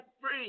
free